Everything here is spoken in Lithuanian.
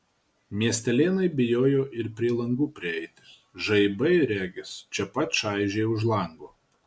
miestelėnai bijojo ir prie langų prieiti žaibai regis čia pat čaižė už lango